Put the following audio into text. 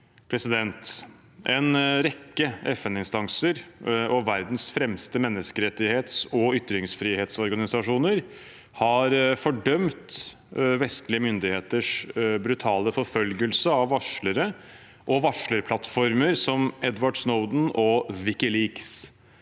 prinsipper. En rekke FN-instanser og verdens fremste menneskerettighets- og ytringsfrihetsorganisasjoner har fordømt vestlige myndigheters brutale forfølgelse av varslere som Edward Snowden og